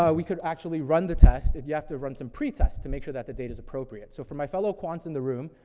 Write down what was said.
ah we could actually run the test, and you have to run some pre-tests to make sure that the data's appropriate. so for my fellow quants in the room,